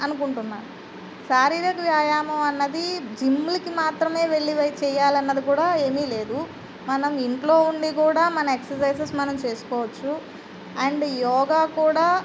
అనుకుంటున్నాను శారీరక వ్యాయామం అన్నది జిమ్లకి మాత్రమే వెళ్లి వై చేయాలన్నది కూడా ఏమీలేదు మనం ఇంట్లో ఉండి కూడా మన ఎక్ససైజెస్ మనం చేసుకోవచ్చు యండ్ యోగా కూడా